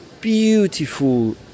beautiful